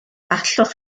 allwch